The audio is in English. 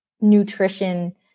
nutrition